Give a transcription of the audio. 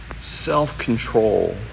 self-control